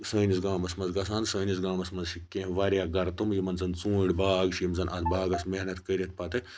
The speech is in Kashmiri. سٲنِس گامَس منٛز گژھان سٲنِس گامس منٛز چھِ کینٛہہ واریاہ گرٕ تِم یِمن زَن ژوٗنٛٹھۍ باغ چھُ یِم زَن اَتھ باغَس محنت کٔرِتھ پتہٕ